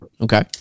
Okay